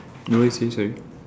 wait you say sorry